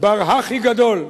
בר-הכי גדול,